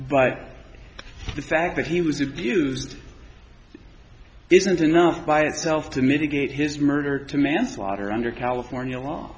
but the fact that he was abused isn't enough by itself to mitigate his murder to manslaughter under california law